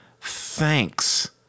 thanks